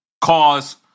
cause